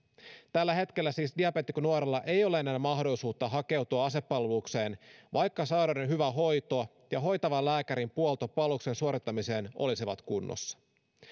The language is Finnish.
tällä hetkellä siis diabeetikkonuorella ei ole enää mahdollisuutta hakeutua asepalvelukseen vaikka sairauden hyvä hoito ja hoitavan lääkärin puolto palveluksen suorittamiseen olisivat kunnossa